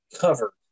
covered